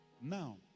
Now